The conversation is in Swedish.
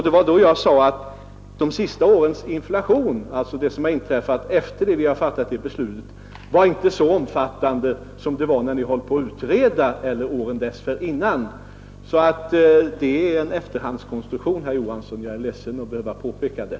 Det var då jag sade att de senaste årens inflation — vad som har inträffat efter det att vi fattat beslutet — inte var så omfattande som inflationen var när man höll på att utreda eller åren dessförinnan. Det är alltså en efterhandskonstruktion, herr Johansson; jag är ledsen att behöva påpeka det.